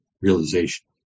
realization